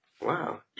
Wow